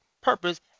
purpose